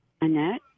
Annette